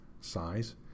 size